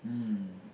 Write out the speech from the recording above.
mm